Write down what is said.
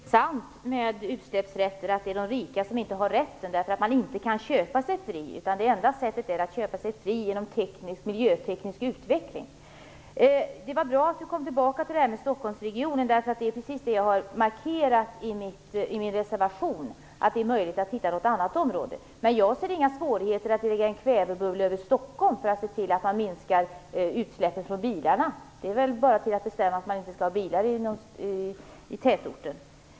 Fru talman! Det är just det jag tycker är intressant med utsläppsrätter - att de rika inte har rätten. Man kan inte köpa sig fri - det enda sättet att köpa sig fri är genom miljöteknisk utveckling. Det var bra att Gudrun Lindvall kom tillbaka till det här med Stockholmsregionen. Jag har markerat i min reservation att det är möjligt att hitta något annat område, men jag ser inga svårigheter att lägga en kvävebubbla över Stockholm för att se till att man minskar utsläppen från bilarna. Det är väl bara att bestämma att man inte skall ha bilar i tätorten.